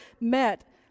met